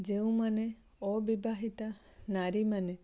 ଯେଉଁ ମାନେ ଅବିବାହିତା ନାରୀ ମାନେ